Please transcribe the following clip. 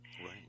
Right